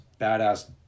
badass